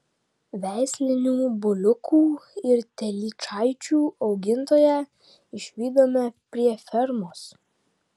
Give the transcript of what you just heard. veislinių buliukų ir telyčaičių augintoją išvydome prie fermos